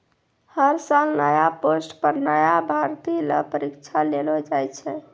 हर साल नया पोस्ट पर नया भर्ती ल परीक्षा लेलो जाय छै